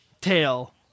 tail